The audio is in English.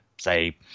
say